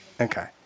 Okay